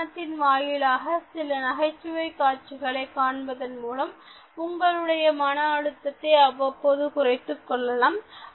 இணையதளத்தின் வாயிலாக சில நகைச்சுவை காட்சிகளை காண்பதன் மூலம் உங்களுடைய மன அழுத்தத்தை அவ்வப்போது குறைத்துக் கொள்ளலாம்